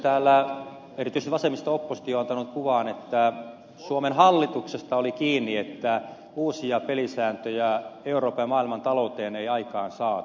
täällä erityisesti vasemmisto oppositio on antanut kuvan että suomen hallituksesta oli kiinni että uusia pelisääntöjä euroopan ja maailman talouteen ei aikaansaatu